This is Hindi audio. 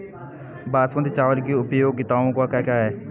बासमती चावल की उपयोगिताओं क्या क्या हैं?